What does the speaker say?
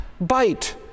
Bite